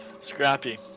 scrappy